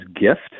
gift